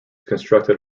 constructed